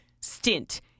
stint